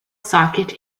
socket